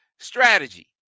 strategy